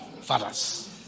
fathers